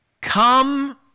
Come